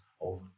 over